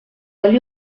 aller